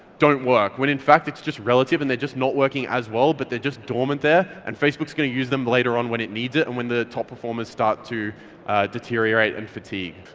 don't work, when in fact it's just relative and they're just not working as well but they're just dormant there, and facebook's gonna use them later on when it needs it and when the top performers start to deteriorate and fatigue.